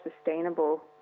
sustainable